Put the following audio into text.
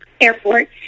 airport